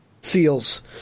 seals